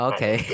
Okay